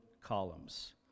columns